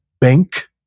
bank